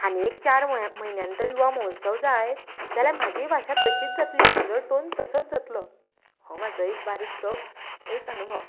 आनी एक चार म्हयन्यांत तर युवा म्होत्सव जायत जाल्यार म्हजीय भाशा तशीच जातली म्हजो टॉन तसोच जातलो हो म्हजो एक बारीकसो एक अणुभव